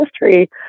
history